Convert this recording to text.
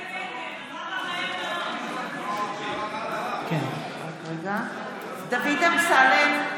(קוראת בשמות חברי הכנסת) דוד אמסלם,